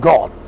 God